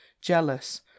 jealous